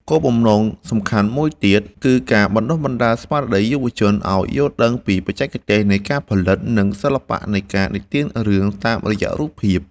គោលបំណងសំខាន់មួយទៀត គឺការបណ្ដុះបណ្ដាលស្មារតីយុវជនឱ្យយល់ដឹងពីបច្ចេកទេសនៃការផលិត និងសិល្បៈនៃការនិទានរឿងតាមរយៈរូបភាព។